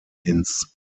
ins